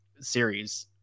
series